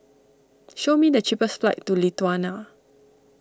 show me the cheapest flights to Lithuania